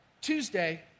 Tuesday